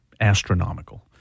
astronomical